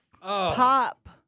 pop